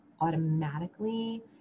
automatically